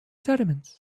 sediments